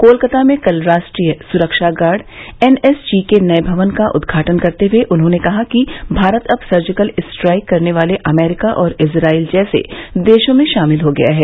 कोलकाता में कल राष्ट्रीय सुरक्षा गार्ड एन एस जी के नए भवन का उद्घाटन करते हुए उन्होंने कहा कि भारत अब सर्जिकल स्ट्राइक करने वाले अमेरिका और इजरायल जैसे देशों में शामिल हो गया है